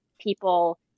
people